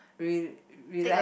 re~ relaxed